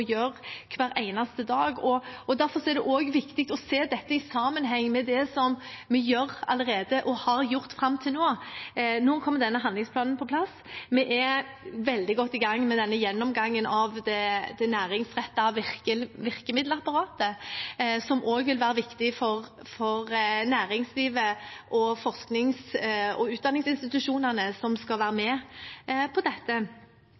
det også viktig å se dette i sammenheng med det vi allerede gjør og har gjort fram til nå. Nå kommer denne handlingsplanen på plass. Vi er veldig godt i gang med gjennomgangen av det næringsrettede virkemiddelapparatet, som også vil være viktig for næringslivet og forsknings- og utdanningsinstitusjonene som skal være med på dette.